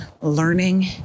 learning